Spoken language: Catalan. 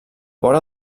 vora